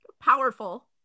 Powerful